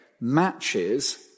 matches